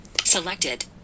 Selected